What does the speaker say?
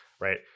right